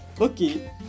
Okay